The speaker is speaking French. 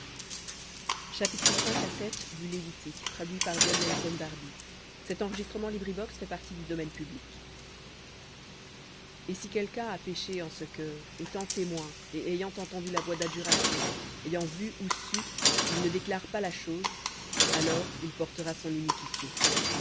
et si quelqu'un a péché en ce que étant témoin et ayant entendu la voix d'adjuration ayant vu ou su il ne déclare pas alors il portera son iniquité